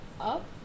up